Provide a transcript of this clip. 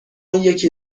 یکی